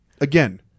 again